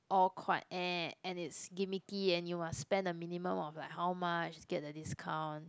all quite and and it's gimmicky and you must spend a minimum of like how much to get the discount